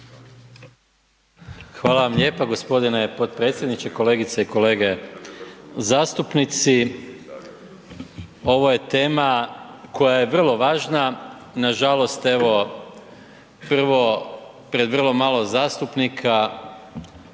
Hvala vam lijepa g. potpredsjedniče. Kolegice i kolege zastupnici. Ovo je tema koja je vrlo važna. Nažalost, evo, prvo pred vrlo malo zastupnika